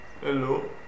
Hello